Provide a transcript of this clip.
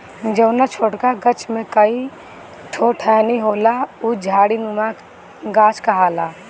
जौना छोटका गाछ में कई ठो टहनी होला उ झाड़ीनुमा गाछ कहाला